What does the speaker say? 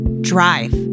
drive